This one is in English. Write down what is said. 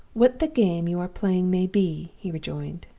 what the game you are playing may be he rejoined,